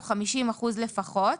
הוא 50 אחוזים לפחות.